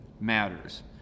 matters